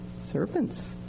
Serpents